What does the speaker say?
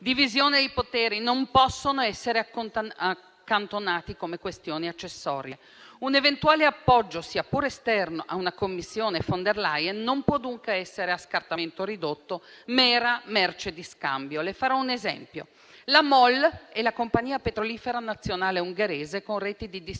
divisione dei poteri non possono essere accantonati come questioni accessorie. Un eventuale appoggio, sia pure esterno, a una Commissione von der Leyen non può dunque essere a scartamento ridotto, mera merce di scambio. Le farò un esempio: la MOL è la compagnia petrolifera nazionale ungherese con reti di distribuzione